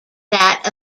that